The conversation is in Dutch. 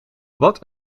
wat